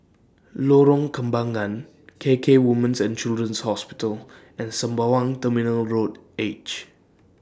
Lorong Kembangan K K Woman's and Children's Hospital and Sembawang Terminal Road H